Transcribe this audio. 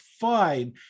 fine